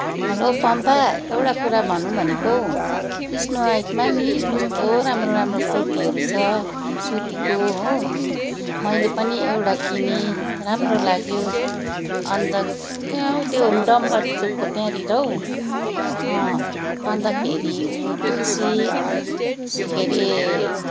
hello Pampha एउटा कुरा भनुँ भनेको हौ स्नो वाइटमा नि कस्तो राम्रो राम्रो कुर्तीहरू छ सुतीको हो मैले पनि एउटा किनेँ राम्रो लाग्यो अन्त कहाँ हौ त्यो डम्बर चोकको त्यहाँनिर हौ अँ अन्तखेरि उ तुलसी के अरे